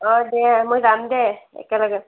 অঁ দে মই যাম দে একেলগে